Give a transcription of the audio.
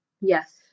yes